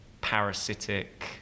parasitic